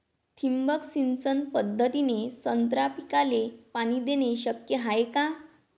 ठिबक सिंचन पद्धतीने संत्रा पिकाले पाणी देणे शक्य हाये का?